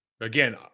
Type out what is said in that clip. Again